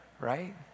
right